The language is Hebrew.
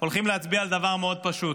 הולכים להצביע על דבר מאוד פשוט: